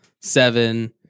seven